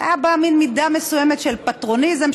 הייתה בה מידה מסוימת של פטרוניזם,